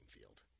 field